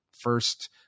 first